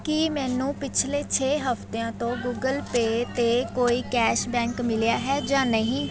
ਕੀ ਮੈਨੂੰ ਪਿਛਲੇ ਛੇ ਹਫ਼ਤਿਆਂ ਤੋਂ ਗੁਗਲ ਪੇ 'ਤੇ ਕੋਈ ਕੈਸ਼ਬੈਂਕ ਮਿਲਿਆ ਹੈ ਜਾਂ ਨਹੀਂ